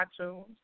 iTunes